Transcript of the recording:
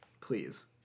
please